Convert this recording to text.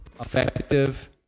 effective